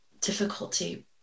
Difficulty